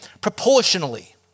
proportionally